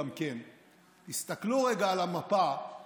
תסתכלו רגע על המפה,